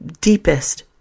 deepest